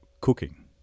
cooking